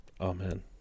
Amen